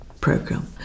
program